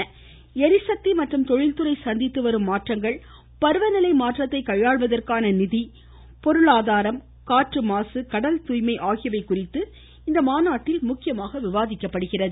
ளரிசக்தி மற்றும் தொழில்துறை சந்தித்து வரும் மாற்றங்கள் பருவநிலை மாற்றத்தை கையாள்வதற்கான நிதி பொருளாதாரம் காற்று மாசு கடல் தூய்மை ஆகியவை குறித்து இதில் முக்கியமாக விவாதிக்கப்படுகிறது